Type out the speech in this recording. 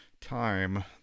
time